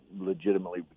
legitimately